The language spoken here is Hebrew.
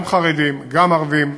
גם חרדים, גם ערבים,